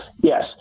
Yes